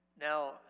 now